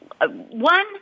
one